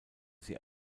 sie